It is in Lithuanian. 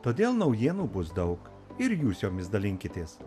todėl naujienų bus daug ir jūs jomis dalinkitės